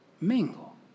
mingle